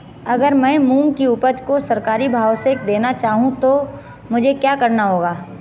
अगर मैं मूंग की उपज को सरकारी भाव से देना चाहूँ तो मुझे क्या करना होगा?